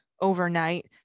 overnight